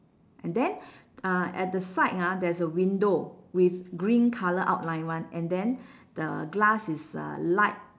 and then uh at the side ah there's a window with green colour outline [one] and then the glass is uh light